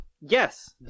Yes